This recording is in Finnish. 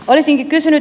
olisinkin kysynyt